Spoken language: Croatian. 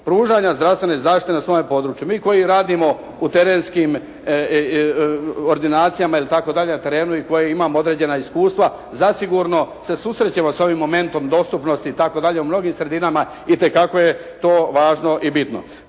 pružanja zdravstvene zaštite na svome području. Mi koji radimo u terenskim ordinacijama i tako dalje na terenu i koji imamo određena iskustva zasigurno se susrećemo s ovim momentom dostupnosti i tako dalje. U mnogim sredinama itekako je to važno i bitno.